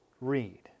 read